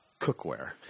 cookware